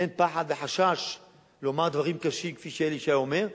אין פחד וחשש לומר דברים קשים כפי שאלי ישי אומר,